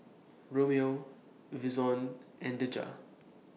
Romeo Vinson and Deja